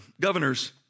governors